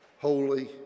holy